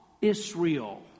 Israel